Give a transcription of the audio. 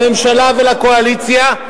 לממשלה ולקואליציה,